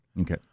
Okay